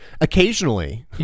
occasionally